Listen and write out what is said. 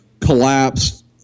collapsed